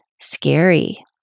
scary